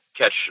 catch